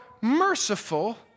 merciful